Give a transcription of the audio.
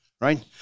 right